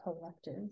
collective